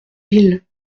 ville